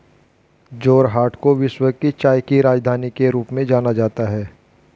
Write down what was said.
जोरहाट को विश्व की चाय की राजधानी के रूप में जाना जाता है